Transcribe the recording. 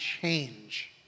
change